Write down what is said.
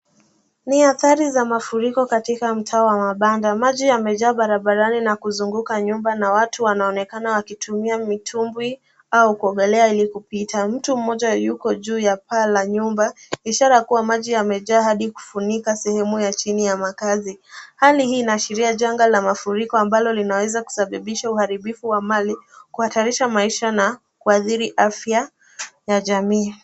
Ni adhari za mafuriko katika mtaa wa mabanda. Maji yamejaa barabarani na kuzunguka nyumba na watu wanaonekana wakitumia mitumbwi au kuogelea ili kupita. Mtu mmoja yuko juu ya paa la nyumba, ishara kwamba maji yamejaa hadi kufunika sehemu ya chini ya makazi. Hali hii inaashiria janga la mafuriko ambalo linaweza kusababisha uharibifu wa mali, kuhatarisha maisha na kuathiri afya ya jamii.